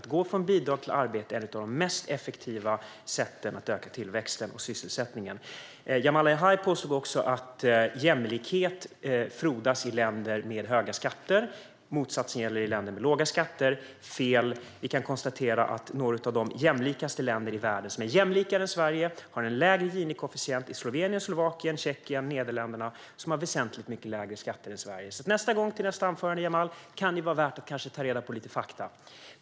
Att gå från bidrag till arbete är ett av de mest effektiva sätten att öka tillväxten och sysselsättningen. Jamal El-Haj påstod också att jämlikhet frodas i länder med höga skatter och att motsatsen gäller i länder med låga skatter. Fel, vi kan konstatera att några av de länder i världen som är mer jämlika än Sverige har en lägre Gini-koefficient. Slovenien, Slovakien, Tjeckien och Nederländerna har väsentligt mycket lägre skatter än Sverige. Till nästa anförande, Jamal, kan det kanske vara värt att ta reda på lite fakta.